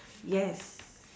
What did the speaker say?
yes